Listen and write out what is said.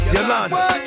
Yolanda